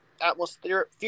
atmospheric